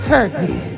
Turkey